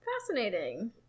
Fascinating